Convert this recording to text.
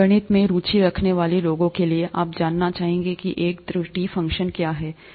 गणित में रुचि रखने वाले लोगों के लिए आप जानना चाहेंगे कि एक त्रुटि फ़ंक्शन क्या है